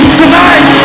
tonight